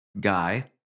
guy